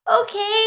okay